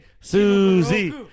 Susie